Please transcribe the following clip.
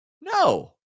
No